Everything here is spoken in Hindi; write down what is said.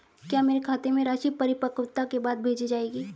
क्या मेरे खाते में राशि परिपक्वता के बाद भेजी जाएगी?